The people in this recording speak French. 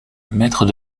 maîtres